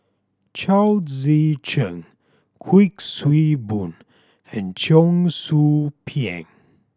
Chao Tzee Cheng Kuik Swee Boon and Cheong Soo Pieng